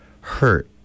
hurt